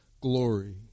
glory